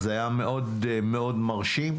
זה היה מאוד מרשים.